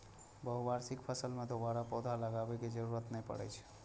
बहुवार्षिक फसल मे दोबारा पौधा लगाबै के जरूरत नै पड़ै छै